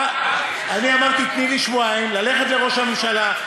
אני אמרתי: תני לי שבועיים ללכת לראש הממשלה,